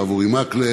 הרב אורי מקלב,